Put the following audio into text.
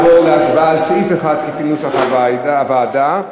סעיף 1 כנוסח הוועדה.